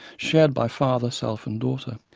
shared by father, self and daughter.